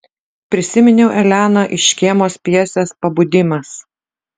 prisiminiau eleną iš škėmos pjesės pabudimas